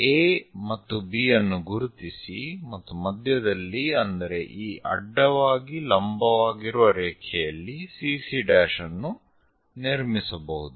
A ಮತ್ತು B ಅನ್ನು ಗುರುತಿಸಿ ಮತ್ತು ಮಧ್ಯದಲ್ಲಿ ಅಂದರೆ ಈ ಅಡ್ಡವಾಗಿ ಲಂಬವಾಗಿರುವ ರೇಖೆಯಲ್ಲಿ CC ಅನ್ನು ನಿರ್ಮಿಸಬಹುದು